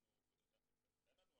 אתה צודק.